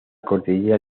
cordillera